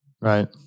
Right